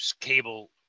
cable